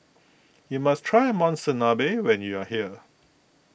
you must try Monsunabe when you are here